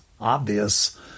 obvious